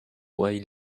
while